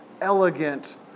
elegant